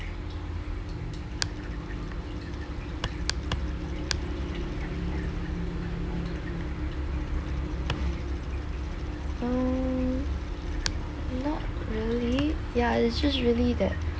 mm not really ya it's just really that